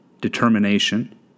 determination